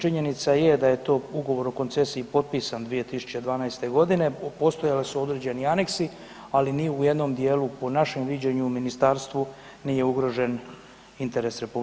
Činjenica je da je to ugovor o koncesiji potpisan 2012. godine, postojali su određeni aneksi, ali ni u jednom dijelu po našem viđenju u ministarstvu nije ugrožen interes RH.